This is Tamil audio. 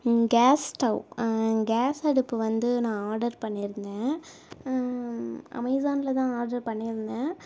கேஸ் ஸ்டவ் கேஸ் அடுப்பு வந்து நான் ஆர்டர் பண்ணியிருந்தேன் அமேசானில் தான் ஆர்டர் பண்ணியிருந்தேன்